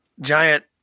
giant